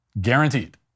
Guaranteed